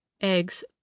eggs